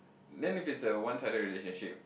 then if it's a one sided relationship